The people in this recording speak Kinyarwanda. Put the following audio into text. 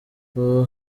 ubu